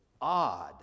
odd